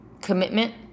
commitment